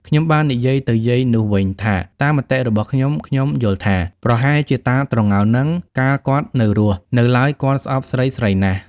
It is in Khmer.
ខ្ញុំបាននិយាយទៅយាយនោះវិញថា តាមមតិរបស់ខ្ញុំៗយល់ថា ប្រហែលជាតាត្រងោលហ្នឹង កាលគាត់នៅ រស់នៅឡើយ គាត់ស្អប់ស្រីៗណាស់។